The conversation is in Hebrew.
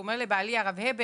כשהוא אומר לבעלי: הרב הבר,